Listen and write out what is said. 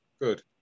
Good